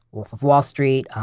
wolf of wall street,